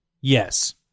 Yes